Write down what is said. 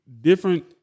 different